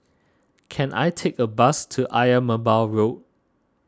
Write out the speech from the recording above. can I take a bus to Ayer Merbau Road